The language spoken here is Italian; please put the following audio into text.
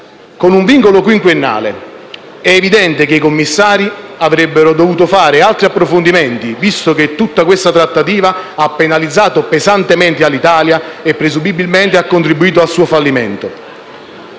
con un vincolo quinquennale. È evidente che i commissari avrebbero dovuto fare altri approfondimenti, visto che tutta questa trattativa ha penalizzato pesantemente Alitalia e ha presumibilmente contribuito al suo fallimento.